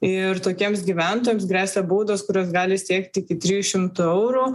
ir tokiems gyventojams gresia baudos kurios gali siekti iki trijų šimtų eurų